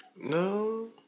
No